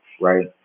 right